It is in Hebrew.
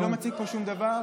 אני לא מציג פה שום דבר.